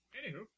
anywho